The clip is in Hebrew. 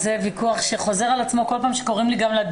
זה ויכוח שכל פעם חוזר על עצמו גם כל פעם כשקוראים לי לדוכן.